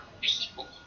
people